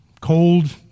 cold